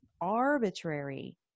arbitrary